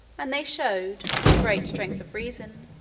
and they showed, with great strength of reason,